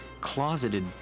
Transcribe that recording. closeted